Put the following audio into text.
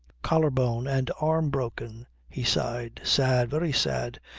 collar-bone and arm broken, he sighed. sad, very sad.